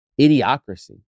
idiocracy